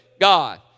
God